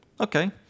Okay